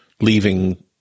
leaving